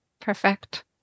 Perfect